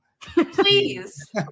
please